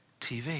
TV